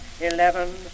eleven